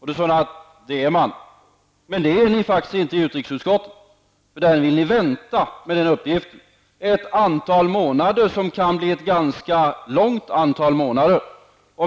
Hon sade att man är det. Det är ni faktiskt inte i utrikesutskottet. Ni vill vänta med den uppgiften ett antal månader. Det kan bli ett ganska stort antal månader.